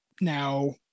now